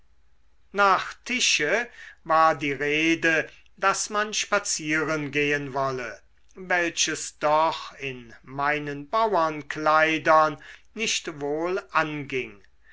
nach tische war die rede daß man spazieren gehen wolle welches doch in meinen bauerkleidern nicht wohl anging